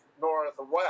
Northwest